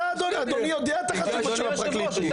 אתה אדוני יודע את החשיבות של הפרקליטות.